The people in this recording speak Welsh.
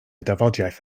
dafodiaith